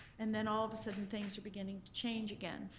and then all of a sudden things are beginning to change again.